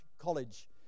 college